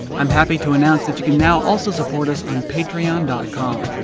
i'm happy to announce that you can now also support as on patreom and com.